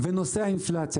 ונושא האינפלציה.